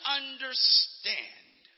understand